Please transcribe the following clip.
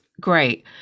great